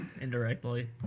indirectly